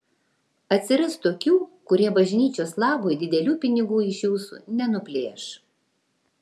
atsiras tokių kurie bažnyčios labui didelių pinigų iš jūsų nenuplėš